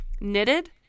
knitted